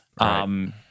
Right